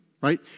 right